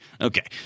Okay